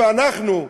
ואנחנו,